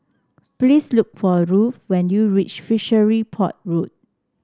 please look for Ruel when you reach Fishery Port Road